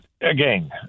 again